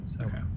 Okay